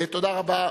תודה רבה.